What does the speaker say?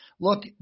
look